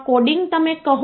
33 હોય તો જો તમે 0